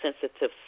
sensitive